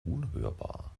unhörbar